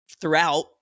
throughout